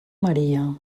maria